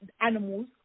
animals